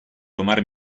tomar